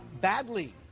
Badly